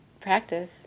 practice